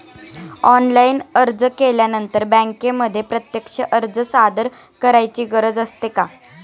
Online अर्ज केल्यानंतर बँकेमध्ये प्रत्यक्ष अर्ज सादर करायची गरज असते का?